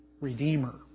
Redeemer